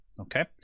Okay